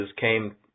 came